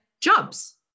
jobs